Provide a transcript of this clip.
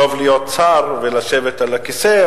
שטוב להיות שר ולשבת על הכיסא,